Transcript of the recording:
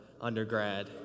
undergrad